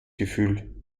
gefühl